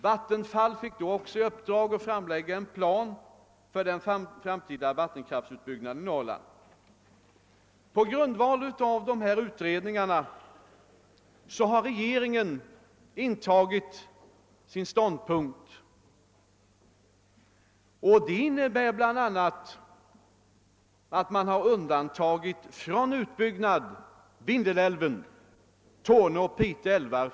Vattenfall fick då också i uppdrag att framlägga en plan för den framtida 'vattenkraftsutbyggnaden i Norrland. På grundval av dessa utredningar har regeringen intagit sin ståndpunkt, och den innebär bl.a. att man undantagit från utbyggnad Vindelälven samt Torne och Pite älvar.